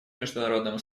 международному